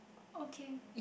okay